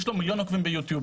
יש לו מיליון עוקבים ביוטיוב,